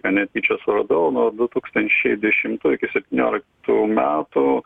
ką netyčia suradau nuo du tūkstančiai dešimtų iki septynioliktų metų